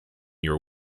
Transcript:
your